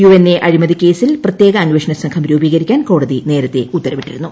U N A അഴിമതിക്കേസിൽ പ്രത്യേക അന്വേഷണ സംഘം രൂപീകരിക്കാൻ കോടതി നേരത്തെ ഉത്തരവിട്ടിരുന്നു